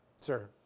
Sir